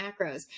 macros